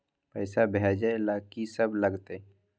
पैसा भेजै ल की सब लगतै?